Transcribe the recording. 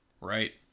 Right